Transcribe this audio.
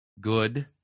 good